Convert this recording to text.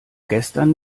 gestern